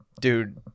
dude